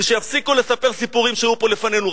ושיפסיקו לספר סיפורים שהיו פה לפנינו.